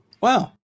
Wow